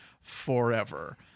forever